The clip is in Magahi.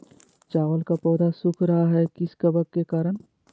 चावल का पौधा सुख रहा है किस कबक के करण?